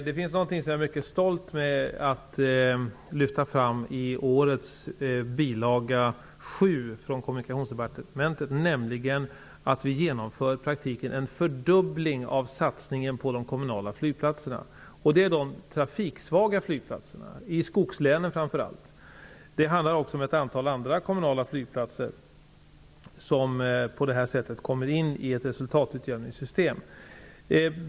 Herr talman! I årets bil. 7 från Kommunikationsdepartementet finns något som jag är mycket stolt över att lyfta fram, nämligen att vi i praktiken genomför en fördubbling av satsningen på de kommunala flygplatserna. Det gäller de trafiksvaga flygplatserna i framför allt skogslänen. Det handlar också om ett antal andra kommunala flygplatser som på det här sättet kommer in i ett resultatutjämningssystem.